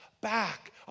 back